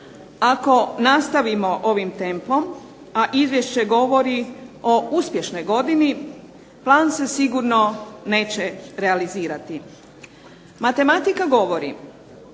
Ako nastavimo ovim tempom, a izvješće govori o uspješnoj godini, plan se sigurno neće realizirati. Matematika govori